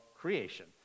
creation